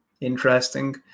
interesting